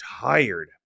tired